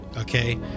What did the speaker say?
okay